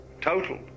total